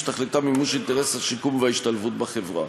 שתכליתה מימוש אינטרס השיקום וההשתלבות בחברה.